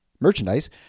merchandise